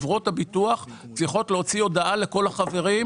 חברות הביטוח צריכות להוציא הודעה לכל החברים,